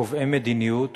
כקובעי מדיניות,